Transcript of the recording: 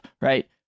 right